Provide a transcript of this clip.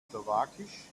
slowakisch